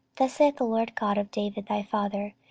thus saith the lord god of david thy father,